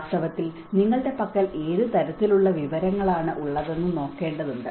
വാസ്തവത്തിൽ നിങ്ങളുടെ പക്കൽ ഏത് തരത്തിലുള്ള വിവരങ്ങളാണ് ഉള്ളതെന്ന് നോക്കേണ്ടതുണ്ട്